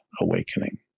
awakening